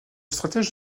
stratège